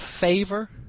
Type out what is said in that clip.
favor